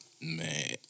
Man